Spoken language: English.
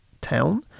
town